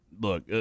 look